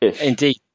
Indeed